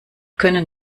können